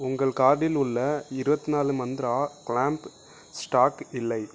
உங்கள் கார்ட்டில் உள்ள இருபத்நாலு மந்த்ரா கிலாம்ப் ஸ்டாக் இல்லை